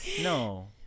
No